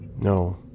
No